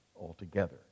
altogether